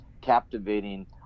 captivating